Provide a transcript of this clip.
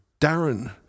Darren